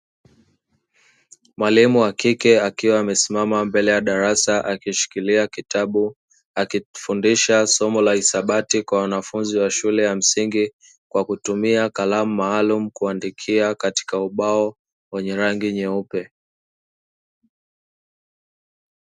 Mwalimu wa kike akiwa amesimama mbele ya darasa akishikilia kitabu, akifundisha somo la hisabati kwa wanafunzi wa shule ya msingi kwa kutumia kalamu maalumu kuandikia katika ubao wenye rangi nyeupe.